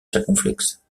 circonflexe